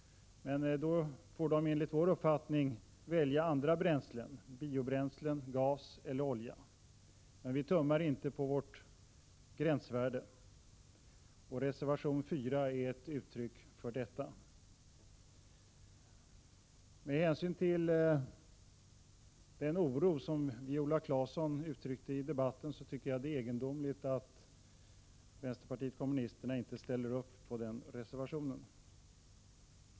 De får då välja andra bränslen — biobränslen, gas eller olja. Men vi tummar inte på vårt gränsvärde. Reservation 4 är ett uttryck för detta. Med tanke på den oro som Viola Claesson uttryckt i debatten tycker jag att det är egendomligt att inte vpk ställt upp på den reservationen.